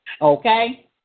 Okay